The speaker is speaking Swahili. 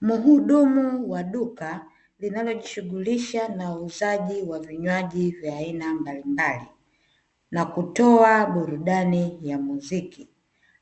Mhudumu wa duka linalojishughulisha na uuzaji wa vinywaji vya aina mbalimbali na kutoa burudani ya muziki,